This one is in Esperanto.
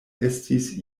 estis